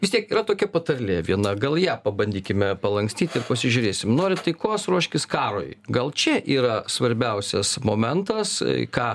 vis tiek yra tokia patarlė viena gal ją pabandykime palankstyt ir pasižiūrėsim nori taikos ruoškis karui gal čia yra svarbiausias momentas ką